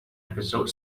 episode